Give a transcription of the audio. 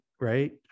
right